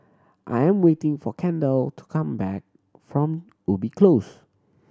I am waiting for Kendell to come back from Ubi Close